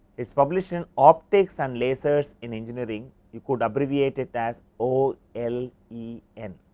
is publish in optics and lasers in engineering, you could abbreviate it as o l e n.